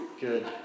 Good